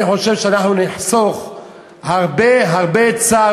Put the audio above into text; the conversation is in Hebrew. אני חושב שאנחנו נחסוך הרבה הרבה צער